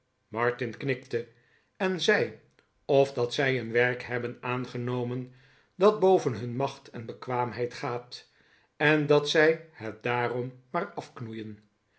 martin knikte en zei of dat zij een werk hebben aangenomen dat boven hun macht en bekwaamheid gaat en dat zij het'daarom maar afknoeien